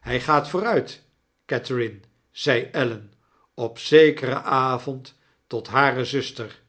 hij gaat vooruit catherine zeide ellen op zekeren avond tot hare zuster